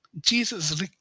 Jesus